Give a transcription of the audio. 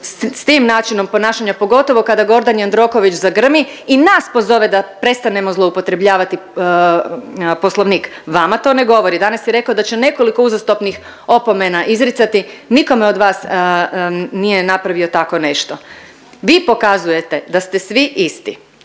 s tim načinom ponašanja pogotovo kada Gordan Jandroković zagrmi i nas pozove da prestanemo zloupotrebljavati Poslovnik. Vama to ne govori. Danas je rekao da će nekoliko uzastopnih opomena izricati, nikome od vas nije napravio tako nešto. Vi pokazujete da ste svi isti,